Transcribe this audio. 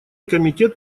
комитет